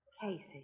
Casey